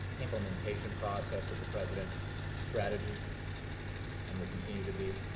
implementation process of the president's strategy and we'll continue to be.